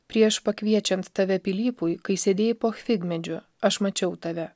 prieš pakviečiant tave pilypui kai sėdėjai po figmedžiu aš mačiau tave